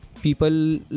people